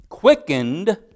quickened